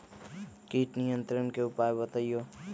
किट नियंत्रण के उपाय बतइयो?